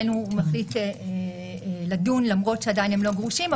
הוא מחליט לדון למרות שעדיין הם לא גרושים,